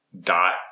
Dot